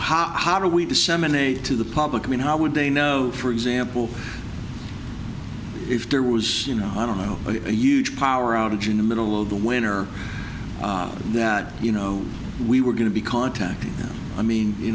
know how do we disseminate to the public i mean how would they know for example if there was you know i don't know a huge power outage in the middle of the winner that you know we were going to be contacted i mean you